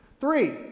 Three